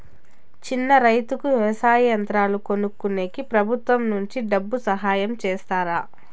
చిన్న రైతుకు వ్యవసాయ యంత్రాలు కొనుక్కునేకి ప్రభుత్వం నుంచి డబ్బు సహాయం చేస్తారా?